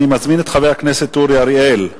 אני מזמין את חבר הכנסת אורי אריאל.